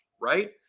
right